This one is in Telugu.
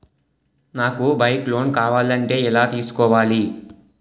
నాకు బైక్ లోన్ కావాలంటే ఎలా తీసుకోవాలి?